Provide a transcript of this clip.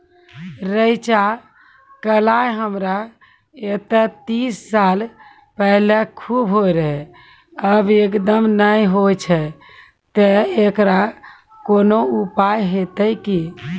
रेचा, कलाय हमरा येते तीस साल पहले खूब होय रहें, अब एकदम नैय होय छैय तऽ एकरऽ कोनो उपाय हेते कि?